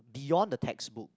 beyond the text book